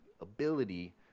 ability